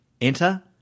Enter